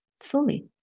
fully